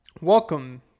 Welcome